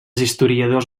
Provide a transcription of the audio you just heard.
historiadors